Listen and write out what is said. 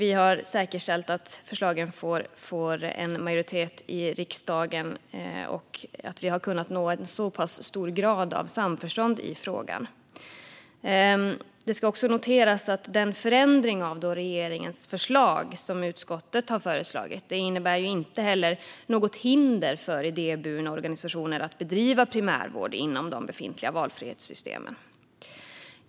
Vi har kunnat nå en hög grad av samförstånd i frågan, och så har vi säkerställt att förslagen får en majoritet i riksdagen. Det ska också noteras att den förändring av regeringens förslag som utskottet har föreslagit inte innebär något hinder för idéburna organisationer att bedriva primärvård inom de befintliga valfrihetssystemen.